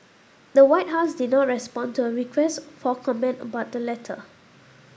the White House did not respond to a request for comment about the letter